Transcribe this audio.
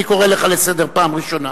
אני קורא לך לסדר פעם ראשונה.